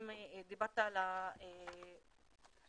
אם דיברת על זה